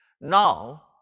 Now